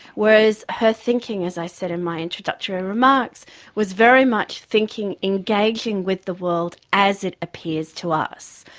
whereas her thinking as i said in my introductory remarks was very much thinking engaging with the world as it appears to us.